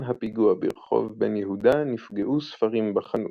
הפיגוע ברחוב בן יהודה נפגעו ספרים בחנות.